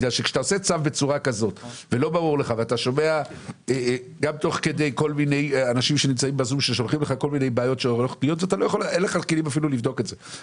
כי יש סביב זה הרבה בעיות ואין מספיק כלים לבדוק את זה.